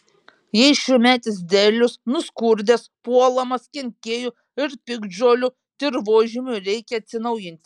jei šiųmetis derlius nuskurdęs puolamas kenkėjų ir piktžolių dirvožemiui reikia atsinaujinti